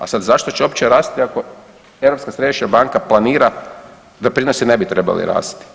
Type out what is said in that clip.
A sada zašto će uopće rasti ako Europska središnja banka planira da prinosi ne bi trebali rasti?